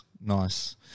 Nice